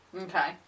Okay